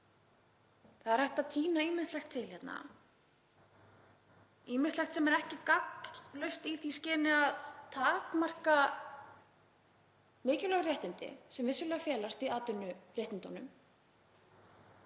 Það er hægt að tína ýmislegt til hérna, ýmislegt sem er ekki gagnslaust í því skyni að takmarka mikilvæg réttindi sem vissulega felast í atvinnuréttindunum;